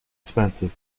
expensive